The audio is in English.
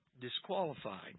disqualified